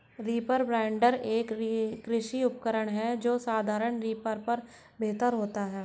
reaper binder, एक कृषि उपकरण है जो साधारण रीपर पर बेहतर होता है